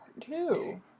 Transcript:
Two